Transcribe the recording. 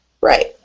Right